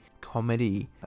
comedy